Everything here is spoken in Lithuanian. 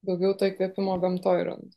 daugiau to įkvėpimo gamtoj randu